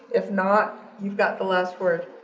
if not, you've got the last word.